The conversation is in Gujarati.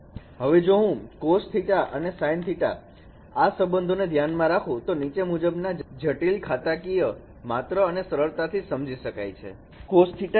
હવે જો હું cosθ અને sinθ ના સંબંધોને ધ્યાનમાં રાખું તો નીચે મુજબની જટિલ ખાતાકીય માત્ર અને સરળતાથી સમજી શકાય છે